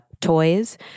toys